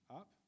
up